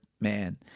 man